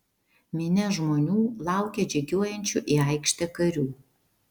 minia žmonių laukė atžygiuojančių į aikštę karių